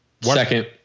Second